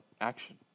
action